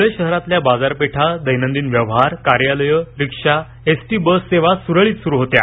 धुळे शहरातल्या बाजारपेठा दैनंदिन व्यवहार कार्यालयं रिक्षा एसटी बस सेवा सुरळीत सुरु होत्या